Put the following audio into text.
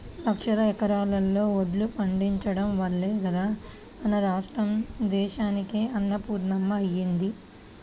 లక్షల ఎకరాల్లో వడ్లు పండించడం వల్లే గదా మన రాష్ట్రం దేశానికే అన్నపూర్ణమ్మ అయ్యింది